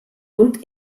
und